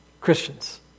Christians